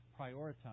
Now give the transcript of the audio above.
prioritize